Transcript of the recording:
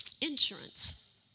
insurance